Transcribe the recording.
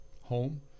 home